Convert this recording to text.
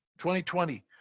2020